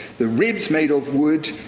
the ribs made of wood,